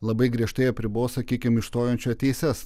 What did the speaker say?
labai griežtai apribos sakykim išstojančio teises